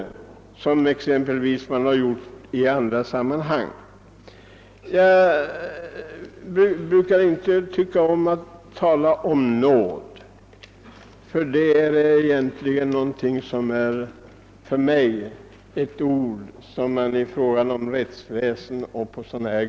Jag brukar inte tala om nåd, ty det är ett ord som jag inte gärna vill använda.